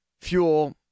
fuel